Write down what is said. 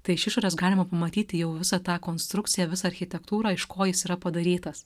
tai iš išorės galima pamatyti jau visą tą konstrukciją visą architektūrą iš ko jis yra padarytas